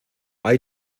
hay